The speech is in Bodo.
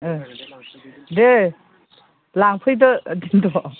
दे लांफैदो दोन्थ'